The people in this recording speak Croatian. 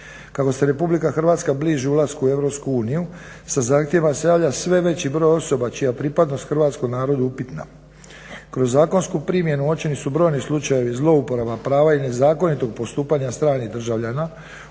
Kako se RH bliži ulasku u EU sa zahtjevima se javlja sve veći broj osoba čija pripadnost hrvatskom narodu upitna. Kroz zakonsku primjeni uočeni su brojni slučajevi zlouporaba prava i nezakonitog postupanja stranih državljana